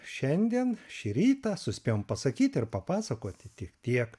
šiandien šį rytą suspėjom pasakyt ir papasakoti tik tiek